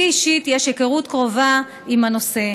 לי אישית יש היכרות קרובה עם הנושא.